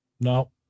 No